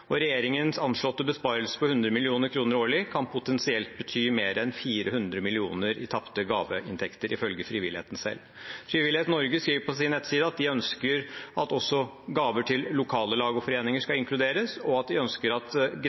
Regjeringens anslåtte besparelse på 100 mill. kr årlig kan potensielt bety mer enn 400 mill. kr i tapte gaveinntekter, ifølge frivilligheten selv. Frivillighet Norge skriver på sin nettside at de ønsker at også gaver til lokale lag og foreninger skal inkluderes, og at